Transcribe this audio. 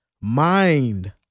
mind